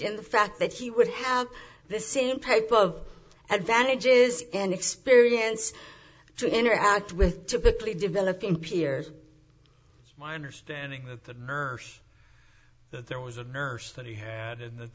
in the fact that he would have the same paper of advantages and experience to interact with typically developing peers my understanding that the nurse there was a nurse that he had and that